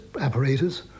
apparatus